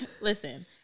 listen